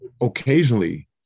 Occasionally